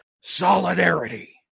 solidarity